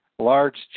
large